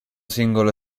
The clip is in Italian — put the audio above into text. singolo